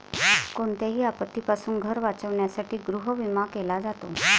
कोणत्याही आपत्तीपासून घर वाचवण्यासाठी गृहविमा केला जातो